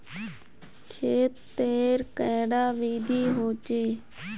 खेत तेर कैडा विधि होचे?